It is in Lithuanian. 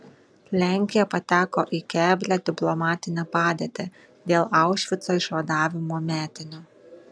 lenkija pateko į keblią diplomatinę padėtį dėl aušvico išvadavimo metinių